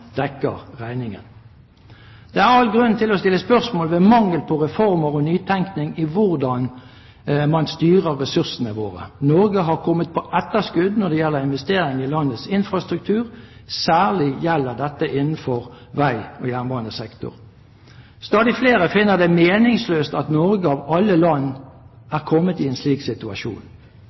dekker regningen. Det er all grunn til å stille spørsmål ved mangelen på reformer og nytenkning i hvordan man styrer ressursene våre. Norge har kommet på etterskudd når det gjelder investeringer i landets infrastruktur, særlig gjelder dette innenfor vei- og jernbanesektoren. Stadig flere finner det meningsløst at Norge – av alle land – er kommet i en slik situasjon.